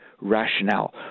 rationale